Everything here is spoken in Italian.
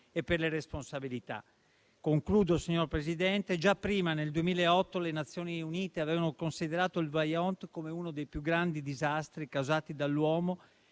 e per le responsabilità. Concludo, signor Presidente. Già prima, nel 2008, le Nazioni Unite avevano considerato il Vajont come uno dei più grandi disastri causati dall'uomo,